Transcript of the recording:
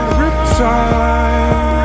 riptide